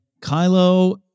Kylo